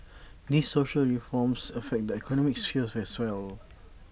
these social reforms affect the economic sphere as well